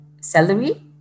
salary